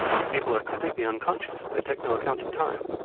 if people are completely unconscious, they take no account of time.